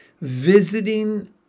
visiting